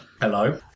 Hello